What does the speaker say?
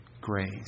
grace